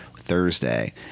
Thursday